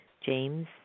James